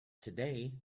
today